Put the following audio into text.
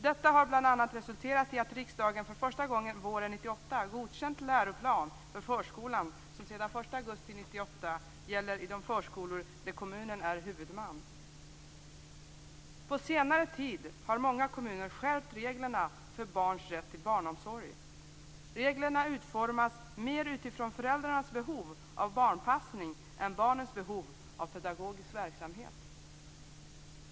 Detta har bl.a. resulterat i att riksdagen för första gången våren 1998 har godkänt en läroplan för förskolan, som sedan den På senare tid har många kommuner skärpt reglerna för barns rätt till barnomsorg. Reglerna utformas mer utifrån föräldrarnas behov av barnpassning än av barnens behov av pedagogisk verksamhet.